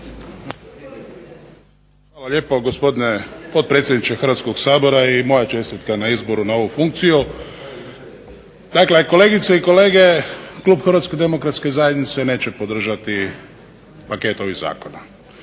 Hvala lijepo gospodine potpredsjedniče Hrvatskog sabora i moje čestitke na izboru na ovu funkciju. Dakle, kolegice i kolege Klub HDZ-a neće podržati paket ovih Zakona.